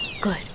Good